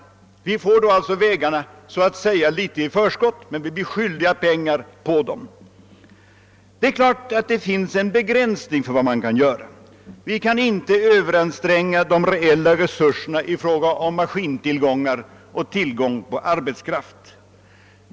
Vi får då vägarna så att säga i förskott, och vi blir skyldiga pengar på dem. Det är klart att det föreligger en begränsning på det sättet att vi inte kan överanstränga de reella resurserna i fråga om maskiner och arbetskraft.